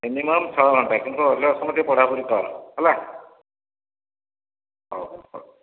minimum ଛଅ ଘଣ୍ଟା କିନ୍ତୁ ଅଲଗା ସମୟରେ ଟିକିଏ ପଢ଼ା ପଢ଼ି କର ହେଲା ହଉ ହଉ